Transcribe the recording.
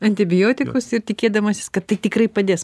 antibiotikus ir tikėdamasis kad tai tikrai padės